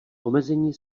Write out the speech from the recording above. omezení